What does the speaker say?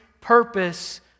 purpose